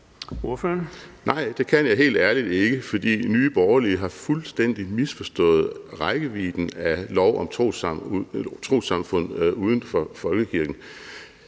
Nej, det kan jeg helt ærligt ikke. For Nye Borgerlige har fuldstændig misforstået rækkevidden af lov om trossamfund uden for folkekirken.